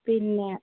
പിന്നെ